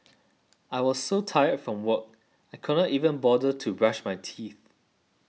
I was so tired from work I could not even bother to brush my teeth